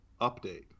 update